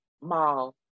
mall